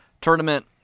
tournament